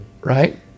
Right